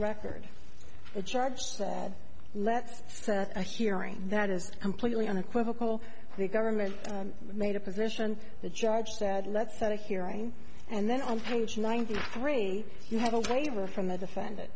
record a charge said let's set a hearing that is completely unequivocal the government made a position the judge said let's start hearing and then on page ninety three you have a waiver from the defendant